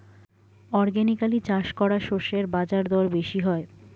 organically চাষ করা শস্যের বাজারদর বেশি হয়